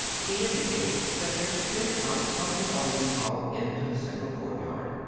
he indicated that it extended out from the audience hall into the central courtyard.